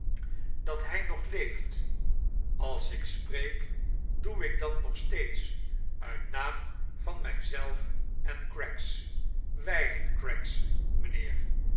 dat hij nog leetft als ik spreek doe ik dat nog steeds uit naam van mijzelf en craggs wijlen craggs mijnheer